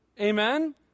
Amen